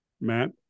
Matt